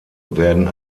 werden